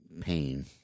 pain